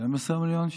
12 מיליון שקל,